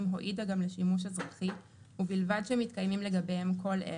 הועידה גם לשימוש אזרחי ובלבד שמתקיימים לגביהם כל אלה,